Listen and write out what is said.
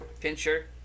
pincher